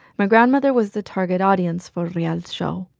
my grandmother was the target audience for rial's show,